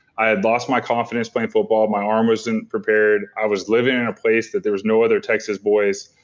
i had lost my confidence playing football. my arm wasn't and prepared. i was living in a place that there was no other texas boys.